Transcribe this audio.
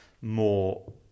more